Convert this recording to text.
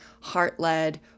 heart-led